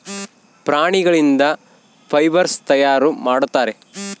ಪ್ರಾಣಿಗಳಿಂದ ಫೈಬರ್ಸ್ ತಯಾರು ಮಾಡುತ್ತಾರೆ